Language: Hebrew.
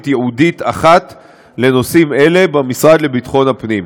ייעודית אחת לנושאים האלה במשרד לביטחון הפנים.